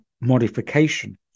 modification